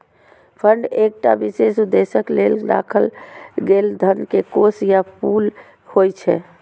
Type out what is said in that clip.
fund एकटा विशेष उद्देश्यक लेल राखल गेल धन के कोष या पुल होइ छै